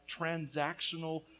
transactional